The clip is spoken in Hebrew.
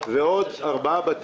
פגעי טבע.